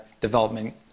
development